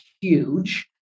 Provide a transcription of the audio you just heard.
huge